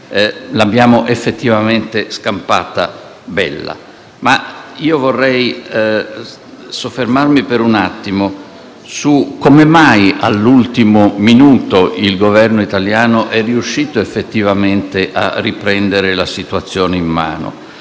L'abbiamo effettivamente scampata bella. Io vorrei soffermarmi per un attimo su come mai all'ultimo minuto il Governo italiano sia riuscito effettivamente a riprendere la situazione in mano.